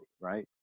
right